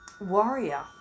warrior